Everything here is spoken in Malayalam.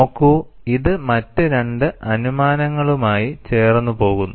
നോക്കൂ ഇത് മറ്റ് രണ്ട് അനുമാനങ്ങളുമായി ചേർന്ന് പോകുന്നു